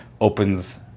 opens